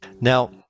Now